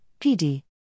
PD